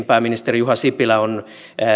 pääministeri juha sipilä on